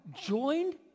joined